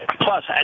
Plus